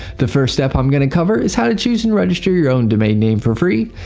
the first step i'm going to cover is how to choose and register your own domain name for free.